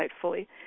fully